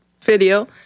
video